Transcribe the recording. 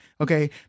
okay